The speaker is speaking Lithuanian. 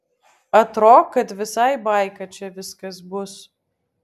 atro kad visai baika čia viskas bus